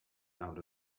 out